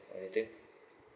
or anything